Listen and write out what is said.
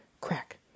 crack